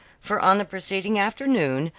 for on the preceding afternoon,